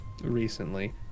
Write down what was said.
recently